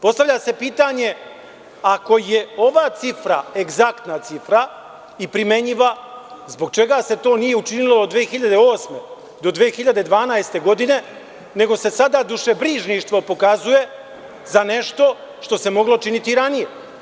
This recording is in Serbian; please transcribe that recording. Postavlja se pitanje – ako je ova cifra egzaktna cifra i primenjiva zbog čega se to nije učinilo 2008. do 2012. godine nego se sada dušebrižništvo pokazuje za nešto što se moglo činiti ranije.